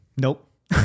Nope